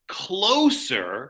closer